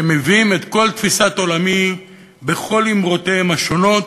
שמביאים את כל תפיסת עולמי בכל אמרותיהם השונות.